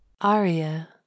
Aria